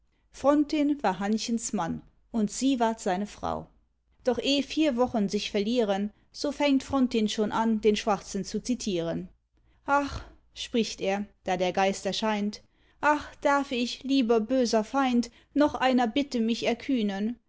war hannchens mann und sie ward seine frau doch eh vier wochen sich verlieren so fängt frontin schon an den schwarzen zu zitieren ach spricht er da der geist erscheint ach darf ich lieber böser feind noch einer bitte mich erkühnen